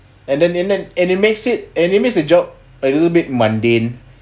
and then and then and it makes it and it makes the job a little bit mundane